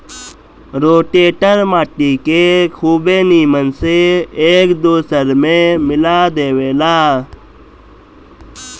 rotator माटी के खुबे नीमन से एक दूसर में मिला देवेला